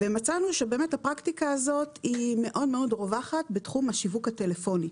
ומצאנו שהפרקטיקה הזאת מאוד רווחת בתחום השיווק הטלפוני.